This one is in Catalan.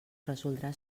resoldrà